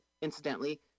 incidentally